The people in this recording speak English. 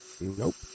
Nope